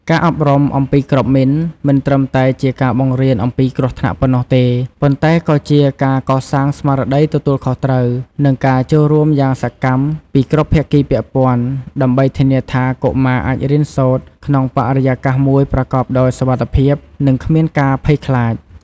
ការអប់រំអំពីគ្រាប់មីន មិនត្រឹមតែជាការបង្រៀនអំពីគ្រោះថ្នាក់ប៉ុណ្ណោះទេ ប៉ុន្តែក៏ជាការកសាងស្មារតីទទួលខុសត្រូវ និងការចូលរួមយ៉ាងសកម្មពីគ្រប់ភាគីពាក់ព័ន្ធ ដើម្បីធានាថាកុមារអាចរៀនសូត្រក្នុងបរិយាកាសមួយប្រកបដោយសុវត្ថិភាព និងគ្មានការភ័យខ្លាច។